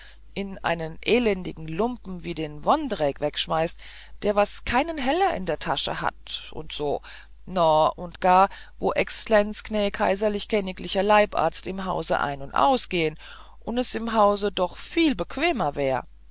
an einen elendigen lumpen wie den vondrejc wegschmeißt der was keinen heller nicht in der tasche hat und so no und gar wo exlenz gnä kaiserlich känigliche leibharz im hause ein und ausgehen und es im haus doch viel bequemer wär